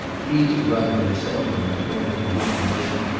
he to drive it himself and return it in good condition,